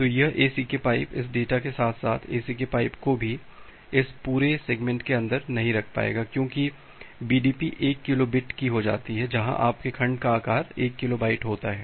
तो यह ACK pipe इस डेटा के साथ साथ ACK पाइप को भी इस पूरे सेगमेंट के अंदर नहीं रख पाएगा क्योंकि BDP 1 किलो बिट की हो जाती है जहां आपके खंड का आकार 1 किलो बाइट होता है